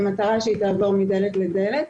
במטרה שהיא תעבור מדלת לדלת.